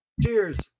Cheers